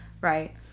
Right